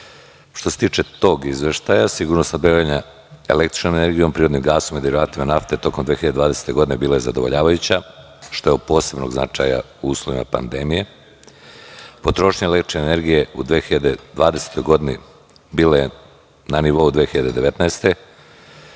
se tiče tog izveštaja, sigurnost snabdevanja električnom energijom, prirodnim gasom i derivatima nafte, tokom 2020. godine je bila zadovoljavajuća, što je od posebnog značaja u uslovima pandemije. Potrošnja električne energije u 2020. godini bila je na nivou 2019. godine.